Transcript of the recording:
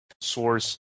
source